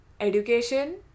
education